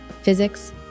physics